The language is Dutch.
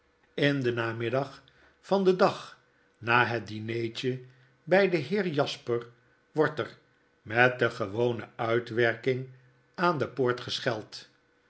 in den namiddag van den dag na het dinertje bij den heer jasper wordt er met de gewone uitwerking aan de